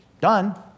Done